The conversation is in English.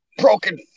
broken